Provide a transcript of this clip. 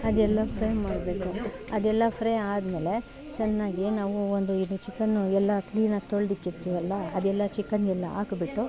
ಅದೆಲ್ಲ ಫ್ರೈ ಮಾಡಬೇಕು ಅದೆಲ್ಲ ಫ್ರೈ ಆದಮೇಲೆ ಚೆನ್ನಾಗಿ ನಾವು ಒಂದು ಇದು ಚಿಕನ್ನು ಎಲ್ಲ ಕ್ಲೀನಾಗಿ ತೊಳ್ದು ಇಕ್ಕಿರ್ತಿವಲ್ಲ ಅದೆಲ್ಲ ಚಿಕನ್ ಎಲ್ಲ ಹಾಕ್ಬಿಟ್ಟು